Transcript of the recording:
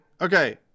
Okay